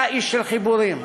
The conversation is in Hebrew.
אתה איש של חיבורים,